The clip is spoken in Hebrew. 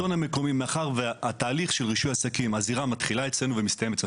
תהליך רישוי עסקים הזירה מתחילה אצלנו ומסתיימת אצלנו,